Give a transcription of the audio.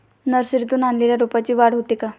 नर्सरीतून आणलेल्या रोपाची वाढ होते का?